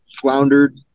floundered